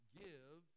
give